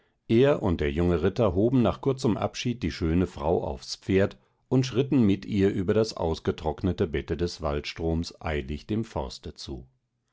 er und der ritter hoben nach kurzem abschied die schöne frau aufs pferd und schritten mit ihr über das ausgetrocknete bette des waldstroms eilig dem forste zu